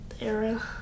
era